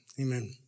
Amen